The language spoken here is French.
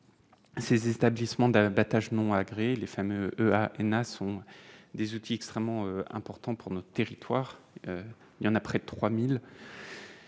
ces établissements d'abattage non agréés, les femmes à ENA sont des outils extrêmement important pour notre territoire, il y en a près de 3000.